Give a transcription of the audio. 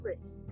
risk